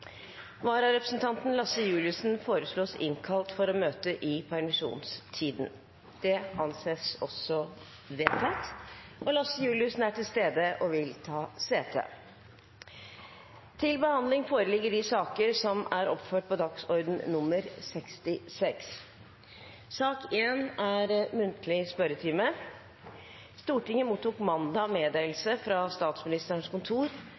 Vararepresentanten, Lasse Juliussen, innkalles for å møte i permisjonstiden. Lasse Juliussen er til stede og vil ta sete. Stortinget mottok mandag meddelelse fra Statsministerens kontor